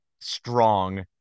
strong